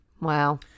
Wow